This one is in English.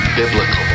biblical